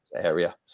area